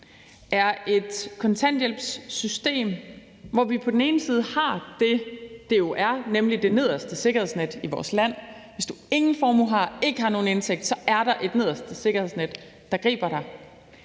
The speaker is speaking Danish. er et kontanthjælpssystem, hvor vi på den ene side har det, det jo er, nemlig det nederste sikkerhedsnet i vores land. Hvis du ingen formue har og ikke har nogen indtægt, så er der et nederste sikkerhedsnet, der griber dig.